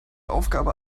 aufgabe